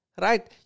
right